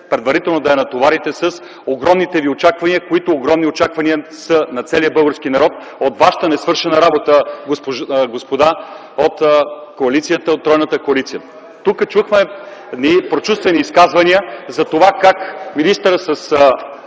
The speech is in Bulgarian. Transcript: предварително да я натоварите с огромните Ви очаквания, които огромни очаквания са на целия български народ, от вашата несвършена работа, господа от тройната коалиция! Тук чухме прочувствени изказвания за това как министърът